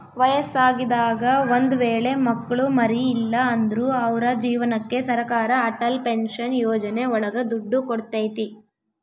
ವಯಸ್ಸಾಗಿದಾಗ ಒಂದ್ ವೇಳೆ ಮಕ್ಳು ಮರಿ ಇಲ್ಲ ಅಂದ್ರು ಅವ್ರ ಜೀವನಕ್ಕೆ ಸರಕಾರ ಅಟಲ್ ಪೆನ್ಶನ್ ಯೋಜನೆ ಒಳಗ ದುಡ್ಡು ಕೊಡ್ತೈತಿ